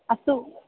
अस्तु